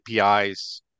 APIs